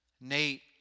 Nate